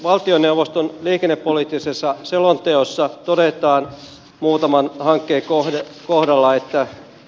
valtioneuvoston liikennepoliittisessa selonteossa todetaan muutaman hankkeen kohdalla